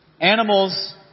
animals